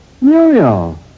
Muriel